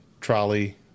trolley